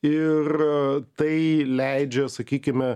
ir tai leidžia sakykime